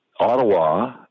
Ottawa